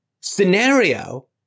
scenario